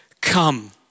come